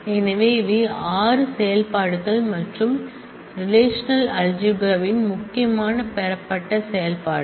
எனவே இவை 6 செயல்பாடுகள் மற்றும் ரெலேஷனல்அல்ஜிப்ரா ன் முக்கியமான பெறப்பட்ட செயல்பாடுகள்